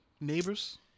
Neighbors